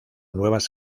nuevas